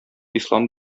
ислам